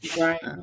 Right